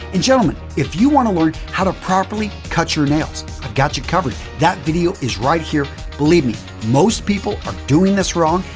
and, gentlemen, if you want to learn how to properly cut your nails, i've got you covered. that video is right here. believe me, most people are doing this wrong.